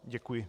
Děkuji.